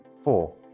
Four